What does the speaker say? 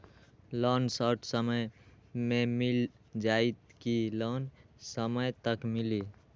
Loan short समय मे मिल जाएत कि लोन समय तक मिली?